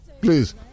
please